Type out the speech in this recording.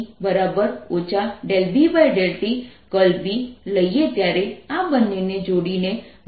જ્યારે આપણે × ∂tB લઈને ત્યારે આ બંનેને જોડીને મને